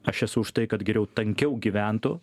aš esu už tai kad geriau tankiau gyventų